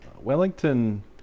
Wellington